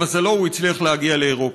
למזלו, הוא הצליח להגיע לאירופה.